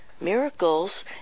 miracles